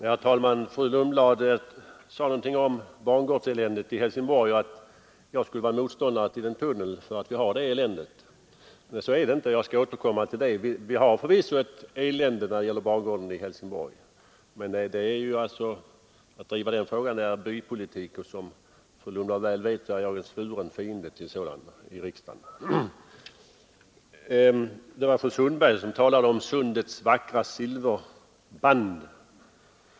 Herr talman! Fru Lundblad sade något om bangårdseländet i Helsingborg och att det skulle vara orsaken till att jag är motståndare till en tunnel. Så är det inte, och jag skall återkomma till det. Vi har förvisso ett elände när det gäller bangården i Helsingborg, men att driva den frågan är bypolitik, och som fru Lundblad vet är jag en svuren fiende till sådant i riksdagen. Fru Sundberg talade om sundets vackra silverband.